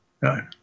right